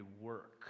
work